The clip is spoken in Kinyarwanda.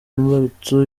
imbarutso